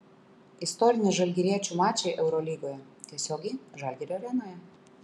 istoriniai žalgiriečių mačai eurolygoje tiesiogiai žalgirio arenoje